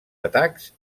atacs